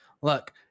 look